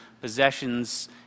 possessions